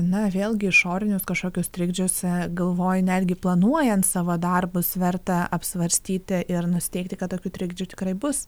na vėlgi išorinius kažkokius trikdžius galvoju netgi planuojant savo darbus verta apsvarstyti ir nusiteikti kad tokių trikdžių tikrai bus